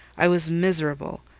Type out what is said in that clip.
i was miserable.